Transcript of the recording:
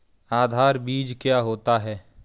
आधार बीज क्या होता है?